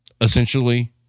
Essentially